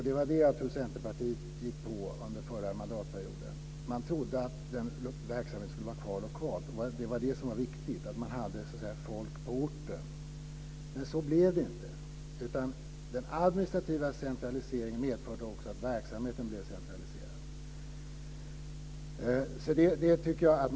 Det var det Centerpartiet gick på. Man trodde att verksamheten skulle vara kvar lokalt, och det var viktigt att ha folk på orten. Så blev det inte. Den administrativa centraliseringen medförde också att verksamheten blev centraliserad.